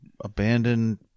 abandoned